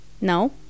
No